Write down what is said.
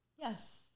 Yes